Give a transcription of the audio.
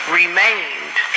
remained